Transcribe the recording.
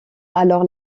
alors